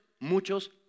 muchos